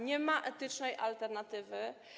Nie ma etycznej alternatywy.